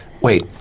wait